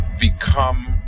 become